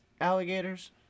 alligators